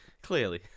Clearly